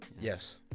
Yes